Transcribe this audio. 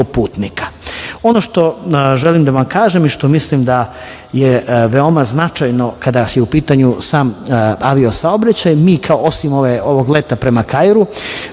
putnika. Ono što želim da vam kažem i što mislim da je veoma značajno kada je u pitanju sam avio saobraćaj, osim ovog leta prema Kairu,